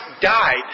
died